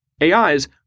AIs